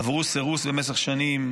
עברו סירוס במשך שנים,